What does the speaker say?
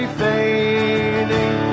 fading